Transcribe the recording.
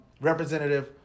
Representative